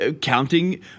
Counting